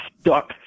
stuck